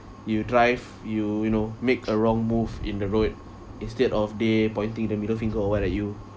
you drive you you know make a wrong move in the road instead of they pointing the middle finger or what at you